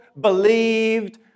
believed